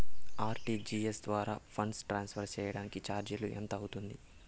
RTGS ద్వారా funds transfer సేయడానికి చార్జీలు ఎంత అవుతుంది